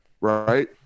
Right